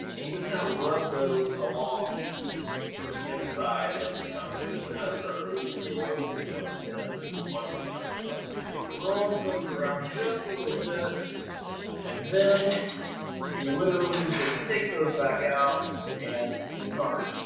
and you just kind of rub those along the inside of the cup, and just kind of start releasing the oils of the mint onto the cup itself. so you roll those around just a little bit and then you literally just take those back out and discard.